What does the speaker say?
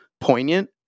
poignant